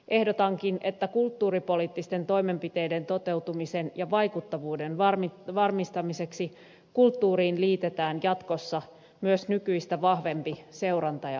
ehdotankin että kulttuuripoliittisten toimenpiteiden toteutumisen ja vaikuttavuuden varmistamiseksi kulttuuriin liitetään jatkossa myös nykyistä vahvempi seuranta ja arviointi